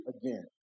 again